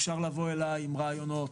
אפשר לבוא אלי עם רעיונות,